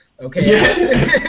okay